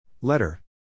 Letter